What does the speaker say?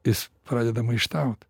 jis pradeda maištaut